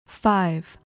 Five